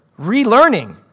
relearning